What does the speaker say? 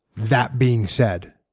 that being said,